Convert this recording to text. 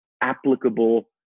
applicable